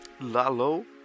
Lalo